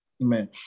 Amen